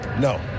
No